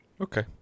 okay